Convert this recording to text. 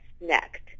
next